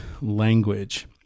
language